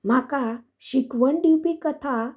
म्हाका शिकवण दिवपी कथा